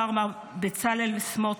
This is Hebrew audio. שר האוצר מר בצלאל סמוטריץ'